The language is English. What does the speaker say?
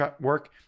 work